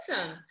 awesome